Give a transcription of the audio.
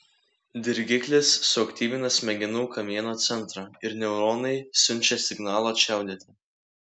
dirgiklis suaktyvina smegenų kamieno centrą ir neuronai siunčia signalą čiaudėti